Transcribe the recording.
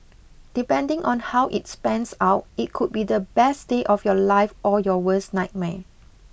depending on how it pans out it could be the best day of your life or your worst nightmare